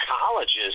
colleges